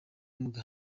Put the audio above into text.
muri